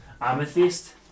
amethyst